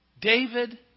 David